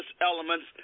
elements